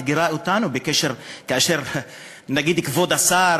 אתגרה אותנו כאשר נגיד כבוד השר,